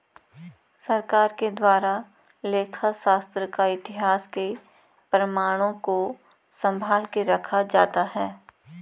सरकार के द्वारा लेखा शास्त्र का इतिहास के प्रमाणों को सम्भाल के रखा जाता है